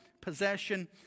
possession